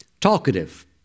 talkative